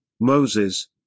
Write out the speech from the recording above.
Moses